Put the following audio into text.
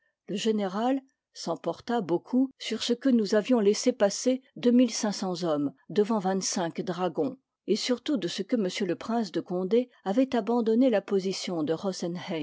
le général s'emporta beaucoup sur ce que nous avions laissé passer deux mille cinq cen ts hommes devant vingt-cinq dragons et surtout de ce que m le prince de condé avoit abandonné la position de